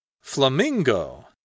Flamingo